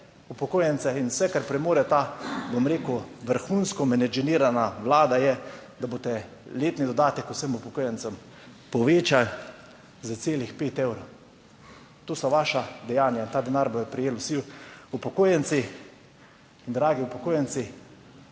upokojence. In vse, kar premore ta, bom rekel, vrhunsko menedžerirana Vlada, je, da boste letni dodatek vsem upokojencem povečali za celih 5 evrov - to so vaša dejanja - in ta denar bodo prejeli vsi upokojenci. In, dragi upokojenci,